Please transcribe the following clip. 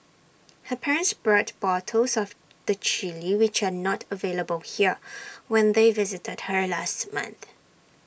her parents brought bottles of the Chilli which are not available here when they visited her last month